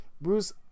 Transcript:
Bruce